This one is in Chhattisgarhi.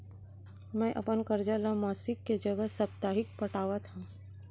मै अपन कर्जा ला मासिक के जगह साप्ताहिक पटावत हव